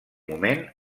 moment